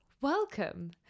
welcome